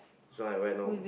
this one I went loh